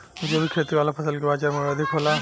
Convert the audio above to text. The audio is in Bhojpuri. जैविक खेती वाला फसल के बाजार मूल्य अधिक होला